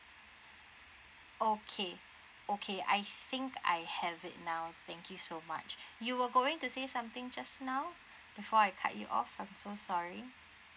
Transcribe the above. okay okay I think I have it now thank you so much you were going to say something just now before I cut you off I'm so sorry